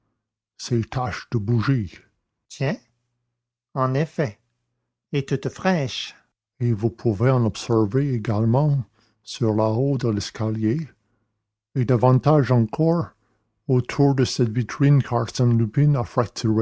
ces taches de bougie tiens en effet et toutes fraîches et vous pouvez en observer également sur le haut de l'escalier et davantage encore autour de cette vitrine qu'arsène lupin